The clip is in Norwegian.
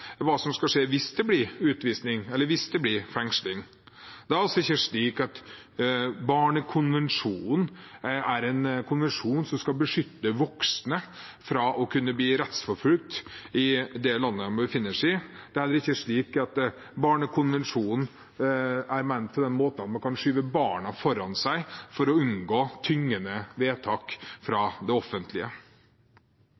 hva som skal skje hvis det blir utvisning, eller hvis det blir fengsling. Det er altså ikke slik at barnekonvensjonen er en konvensjon som skal beskytte voksne fra å kunne bli rettsforfulgt i det landet de befinner seg i. Det er heller ikke slik at barnekonvensjonen er ment på den måten at man kan skyve barna foran seg for å unngå tyngende vedtak fra